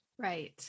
Right